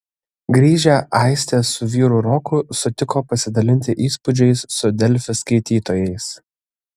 grįžę aistė su vyru roku sutiko pasidalinti įspūdžiais su delfi skaitytojais